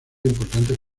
importantes